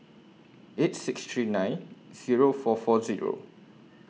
eight six three nine Zero four four Zero